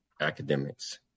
academics